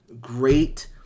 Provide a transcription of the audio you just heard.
great